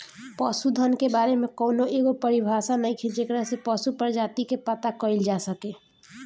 पशुधन के बारे में कौनो एगो परिभाषा नइखे जेकरा से पशु प्रजाति के पता कईल जा सके